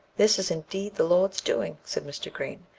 this is indeed the lord's doings, said mr. green,